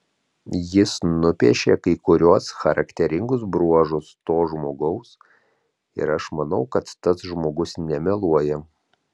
jis nupiešė kai kuriuos charakteringus bruožus to žmogaus ir aš manau kad tas žmogus nemeluoja